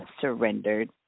surrendered